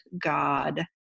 God